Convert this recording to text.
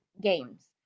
games